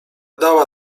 dała